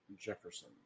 Jefferson